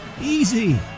Easy